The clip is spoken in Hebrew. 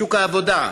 לשוק העבודה,